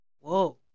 Whoa